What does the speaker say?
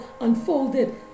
unfolded